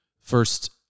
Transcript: first